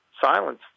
silence